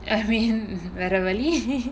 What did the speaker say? I mean வேற வழியே:vera valiyae